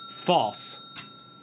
False